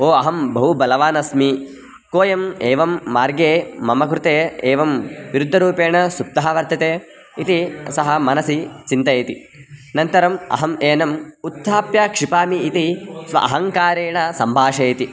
ओ अहं बहु बलवान् अस्मि कोऽयम् एवं मार्गे मम कृते एवं विरुद्धरूपेण सुप्तः वर्तते इति सः मनसि चिन्तयति अनन्तरम् अहम् एनम् उत्थाप्य क्षिपामि इति स्व अहङ्कारेण सम्भाषयति